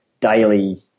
daily